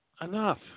Enough